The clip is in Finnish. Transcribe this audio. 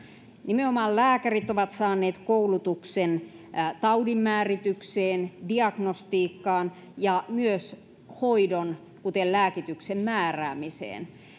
nimenomaan lääkärit ovat saaneet koulutuksen taudinmääritykseen diagnostiikkaan ja myös hoidon kuten lääkityksen määräämiseen